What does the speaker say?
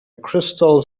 crystal